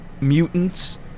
mutants